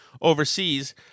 overseas